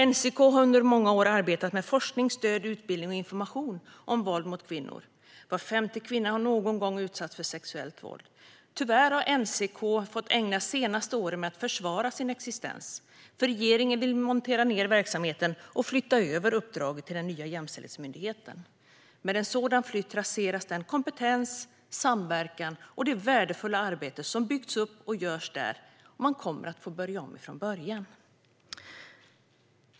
NCK har under många år arbetat med forskning, stöd, utbildning och information om våld mot kvinnor. Var femte kvinna har någon gång utsatts för sexuellt våld. Tyvärr har NCK fått ägna de senaste åren åt att försvara sin existens. Regeringen vill montera ned verksamheten och flytta över uppdraget till den nya jämställdhetsmyndigheten. Med en sådan flytt raseras den kompetens, den samverkan och det värdefulla arbete som byggts upp och görs där. Man kommer att få börja om från början.